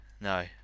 no